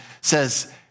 says